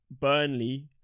Burnley